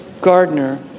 Gardner